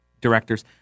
directors